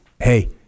hey